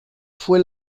fue